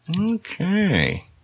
Okay